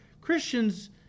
Christians